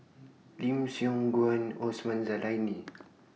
Lim Siong Guan Osman Zailani